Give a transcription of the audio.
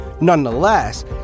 Nonetheless